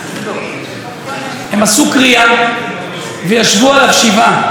הם עשו קריעה וישבו עליו שבעה.